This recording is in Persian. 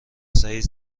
سعید